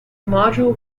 module